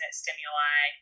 stimuli